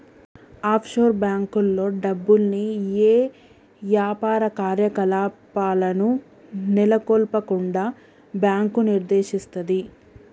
offshore బ్యేంకుల్లో డబ్బుల్ని యే యాపార కార్యకలాపాలను నెలకొల్పకుండా బ్యాంకు నిషేధిస్తది